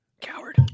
Coward